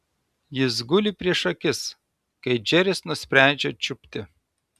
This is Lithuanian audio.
jis guli prieš akis kai džeris nusprendžia čiupti